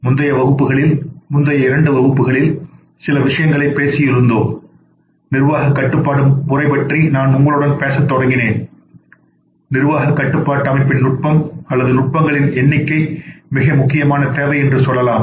முந்தைய வகுப்புகளில் முந்தைய இரண்டு வகுப்புகளில்சிலவிஷயங்களைப்பேசினோம் நிர்வாக கட்டுப்பாட்டு முறை பற்றி நான் உங்களுடன் பேசத் தொடங்கினேன் நிர்வாக கட்டுப்பாட்டு அமைப்பின் நுட்பம் அல்லது நுட்பங்களின் எண்ணிக்கை மிக முக்கியமான தேவை என்று சொல்லலாம்